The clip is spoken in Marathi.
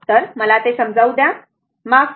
तर मला ते समजावु दे माफ करा